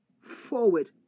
forward